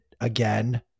again